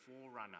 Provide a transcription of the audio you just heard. forerunner